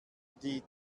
die